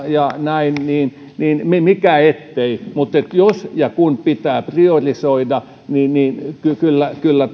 ja näin niin niin mikä ettei mutta jos ja kun pitää priorisoida niin niin kyllä kyllä